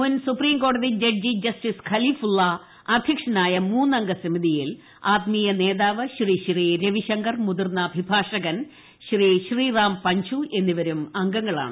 മുൻ സുപ്രീംകോടതി ജഡ്ജി ജസ്റ്റിസ് ഖലീഫുള്ള അധ്യക്ഷനായ മൂന്നംഗ സമിതിയിൽ ആത്മീയ നേതാവ് ശ്രീശ്രീ രവിശങ്കർ മുതിർന്ന അഭിഭാഷകൻ എന്നിവരും അംഗങ്ങളാണ്